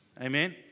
Amen